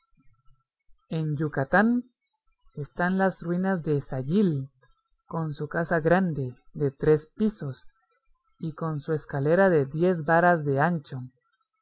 en yucatán están las ruinas de sayil con su casa grande de tres pisos y con su escalera de diez varas de ancho